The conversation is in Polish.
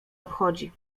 obchodzi